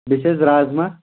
بیٚیہِ چھُ اَسہِ رازما